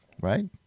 right